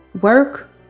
work